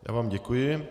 Já vám děkuji.